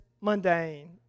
mundane